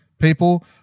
people